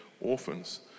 Orphans